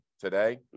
today